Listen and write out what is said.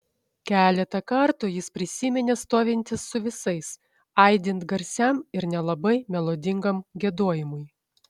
keletą kartų jis prisiminė stovintis su visais aidint garsiam ir nelabai melodingam giedojimui